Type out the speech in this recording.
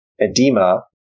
edema